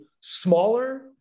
smaller